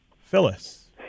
Phyllis